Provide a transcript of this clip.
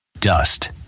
dust